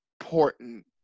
important